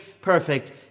perfect